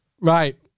Right